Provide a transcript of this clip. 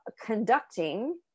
conducting